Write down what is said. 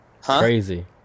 Crazy